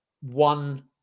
one